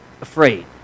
afraid